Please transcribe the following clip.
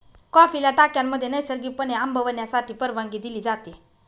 कॉफीला टाक्यांमध्ये नैसर्गिकपणे आंबवण्यासाठी परवानगी दिली जाते